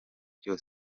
byo